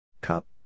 Cup